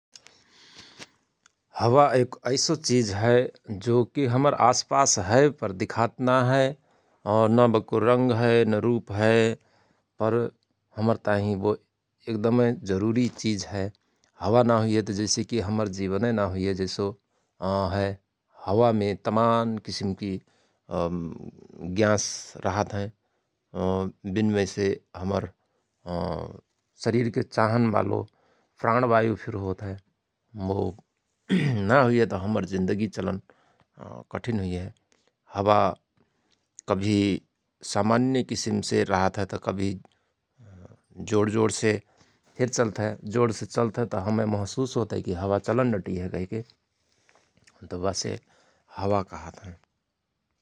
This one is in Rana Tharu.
हवा एक ऐसो चिझ हय जो कि हमर आसपास हय पर दिखात ना हय और न बाको रंग हय न रुप हय पर हमर ताहिँ बो एकदमय जरुरी चिझ हय हवा ना हुइहयत जैसकि हमर जिवनय ना हुईहय जैसो हय हवामे तमान किसिमकि ग्याँस रहत हय विन मैसे हमर शरीरके चाहन बालो प्राण बायु फिर होत हय वो नाहुईहयत हमर जिन्दगि चलन कठिन हुइहय हवा कवहि सामान्य किसिमसे रहतहय त कवहि जोण जोणसे फिर चल्त हय जोणसे चल्तहयत हमय महसुस होतहयकि हावा चलन डटि हय कहिके तओ बासे हवा कहत हयं ।